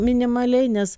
minimaliai nes